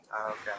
Okay